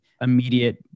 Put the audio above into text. immediate